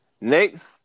Next